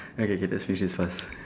okay okay K let's finish this fast